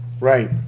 Right